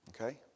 okay